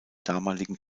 damaligen